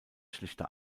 schlichter